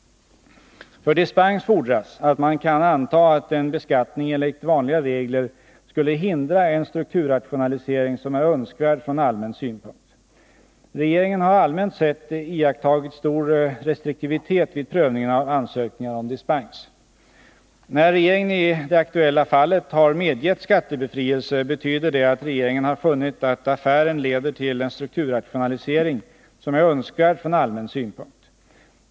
För dispens fordras att man kan anta att en beskattning enligt vanliga regler skulle hindra en strukturrationalisering som är önskvärd från allmän synpunkt. Regeringen har allmänt sett iakttagit stor restriktivitet vid prövningen av ansökningar om dispens. När regeringen i det aktuella fallet har medgett skattebefrielse betyder det att regeringen har funnit att affären leder till en strukturrationalisering som är önskvärd från allmän synpunkt.